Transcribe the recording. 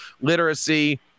literacy